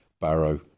Barrow